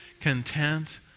content